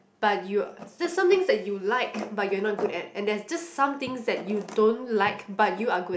but you something that you like but you're not good at and that just something that you don't like but you are good at